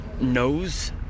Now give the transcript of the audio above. knows